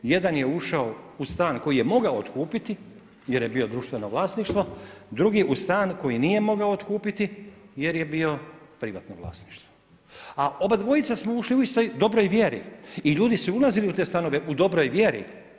Jedan je ušao u stan koji je mogao otkupiti jer je bio društveno vlasništvo, drugi u stan koji nije mogao otkupiti jer je bio privatno vlasništvo, a obadvojica smo ušli u istoj, dobroj vjeri i ljudi su ulazili u te stanove u dobroj vjeri.